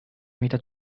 meta